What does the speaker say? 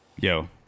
yo